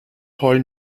heulen